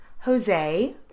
Jose